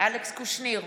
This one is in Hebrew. אלכס קושניר,